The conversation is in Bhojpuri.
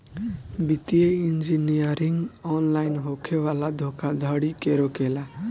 वित्तीय इंजीनियरिंग ऑनलाइन होखे वाला धोखाधड़ी के रोकेला